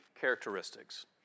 characteristics